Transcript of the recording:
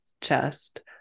chest